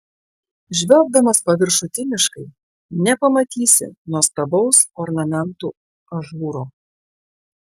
žvelgdamas paviršutiniškai nepamatysi nuostabaus ornamentų ažūro